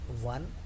One